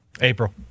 april